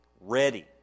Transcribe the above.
ready